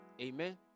Amen